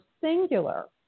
singular